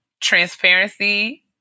transparency